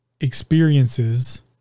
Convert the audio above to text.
experiences